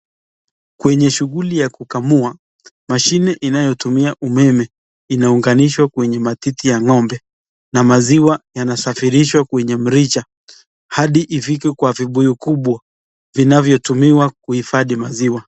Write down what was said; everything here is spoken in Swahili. Kwenye shughuli ya kukamua mashine inayotumia umeme inaunganishwa kwenye matiti ya ng'ombe na maziwa yanasafirishwa kwenye mrija hadi ifike kwa vibuyu vikubwa vinavyotumiwa kuhifadhi maziwa.